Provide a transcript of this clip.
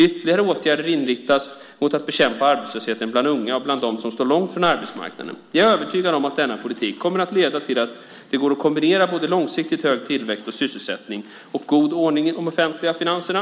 Ytterligare åtgärder inriktas mot att bekämpa arbetslösheten bland unga och bland dem som står långt från arbetsmarknaden. Jag är övertygad om att denna politik kommer att leda till att det går att kombinera både långsiktigt hög tillväxt och sysselsättning och god ordning i de offentliga finanserna.